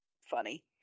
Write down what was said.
funny